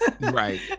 Right